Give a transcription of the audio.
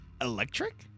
Electric